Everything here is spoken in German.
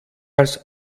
als